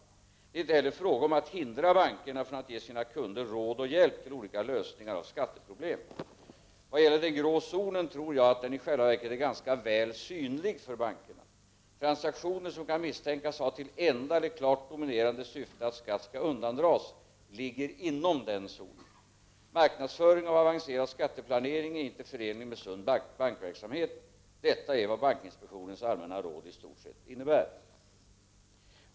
Det är inte heller fråga om att hindra bankerna från att ge sina kunder råd och hjälp till olika lösningar av skatteproblem. Vad gäller den grå zonen tror jag att den i själva verket är ganska väl synlig för bankerna. Transaktioner som kan misstänkas ha till enda eller klart dominerande syfte att skatt skall undandras ligger inom zonen. Marknadsföring av avancerad skatteplanering är inte förenlig med sund bankverksamhet. Detta är vad bankinspektionens allmänna råd i stort innebär.